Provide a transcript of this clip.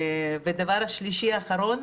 ודבר שלישי אחרון,